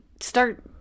Start